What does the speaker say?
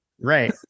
Right